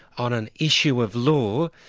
on an issue of law,